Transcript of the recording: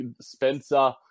Spencer